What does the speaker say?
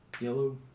yellow